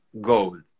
gold